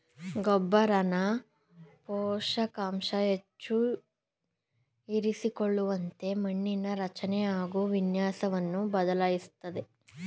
ಗೊಬ್ಬರನ ಪೋಷಕಾಂಶ ಹೆಚ್ಚು ಇರಿಸಿಕೊಳ್ಳುವಂತೆ ಮಣ್ಣಿನ ರಚನೆ ಹಾಗು ವಿನ್ಯಾಸವನ್ನು ಬದಲಾಯಿಸ್ತದೆ